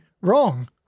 wrong